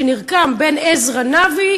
שנרקם בין עזרא נאווי